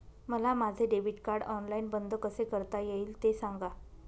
मला माझे debit card online बंद कसे करता येईल, ते सांगा